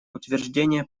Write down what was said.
утверждение